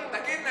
תגיד,